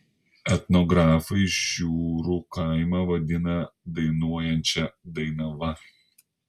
etnografai žiūrų kaimą vadina dainuojančia dainava